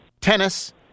tennis